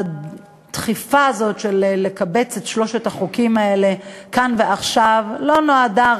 שהדחיפה הזאת לקבץ את שלושת החוקים האלה כאן ועכשיו לא באה רק